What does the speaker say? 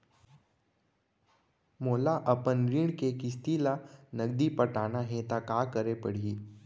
मोला अपन ऋण के किसती ला नगदी पटाना हे ता का करे पड़ही?